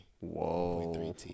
Whoa